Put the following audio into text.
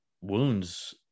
wounds